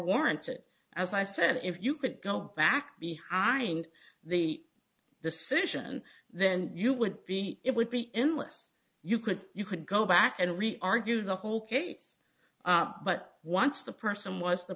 warranted as i said if you could go back behind the decision then you would be it would be endless you could you could go back and really argue the whole case but once the person was the